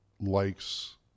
likes